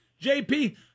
JP